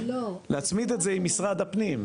להצמיד את זה עם משרד הפנים.